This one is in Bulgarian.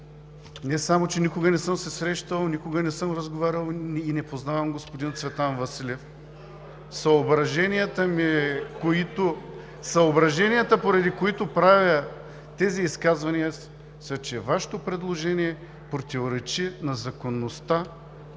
Не само че никога не съм се срещал, но никога не съм разговарял и не познавам господин Цветан Василев. (Шум и реплики в ГЕРБ.) Съображенията, поради които правя тези изказвания, са, че Вашето предложение противоречи на законността